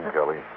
Kelly